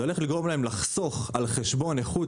זה הולך לגרום להם לחסוך על חשבון איכות